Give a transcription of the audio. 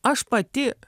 aš pati